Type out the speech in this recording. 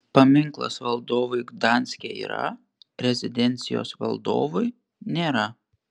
paminklas valdovui gdanske yra rezidencijos valdovui nėra